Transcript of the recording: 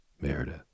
Meredith